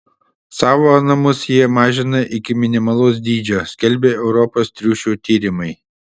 savo namus jie mažina iki minimalaus dydžio skelbia europos triušių tyrimai